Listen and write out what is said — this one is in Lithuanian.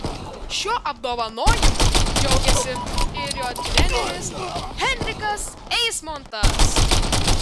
šiuo apdovanojimu džiaugėsi ir jo treneris henrikas eismontas